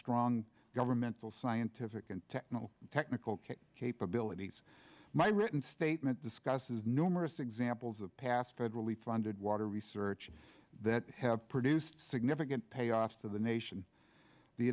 strong governmental scientific and technical technical capabilities my written statement discusses numerous examples of past federally funded water research that have produced significant payoffs to the nation the